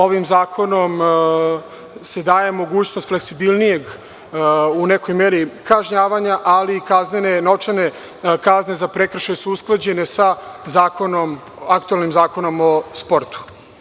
Ovim zakonom se daje mogućnost fleksibilnijeg u nekoj meri kažnjavanja, ali i novčane kazne za prekršaje su usklađene sa aktuelnim Zakonom o sportu.